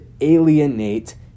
alienate